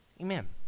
Amen